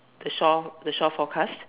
the shore the shore forecast